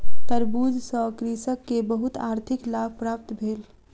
तरबूज सॅ कृषक के बहुत आर्थिक लाभ प्राप्त भेल